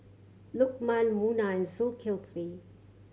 Lukman Munah Zulkifli